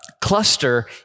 cluster